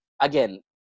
again